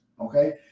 okay